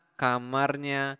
kamarnya